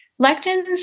lectins